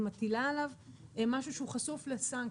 היא מטילה עליו משהו שהוא חשוף לסנקציה.